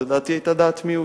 ודעתי היתה דעת מיעוט.